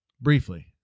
Briefly